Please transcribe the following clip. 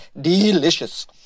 Delicious